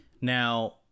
Now